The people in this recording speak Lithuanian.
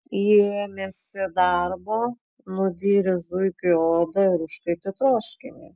ji ėmėsi darbo nudyrė zuikiui odą ir užkaitė troškinį